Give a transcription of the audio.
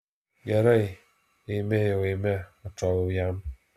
gerai eime jau eime atšoviau jam